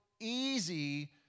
easy